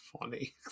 funny